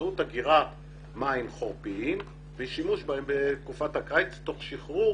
באמצעות אגירת מים חורפיים ושימוש בהם בתקופת הקיץ תוך שחרור